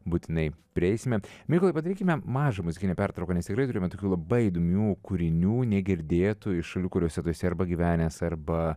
būtinai prieisime mykolai padarykime mažą muzikinę pertrauką nes tikrai turime labai įdomių kūrinių negirdėtų iš šalių kuriose tu esi arba gyvenęs arba